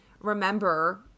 remember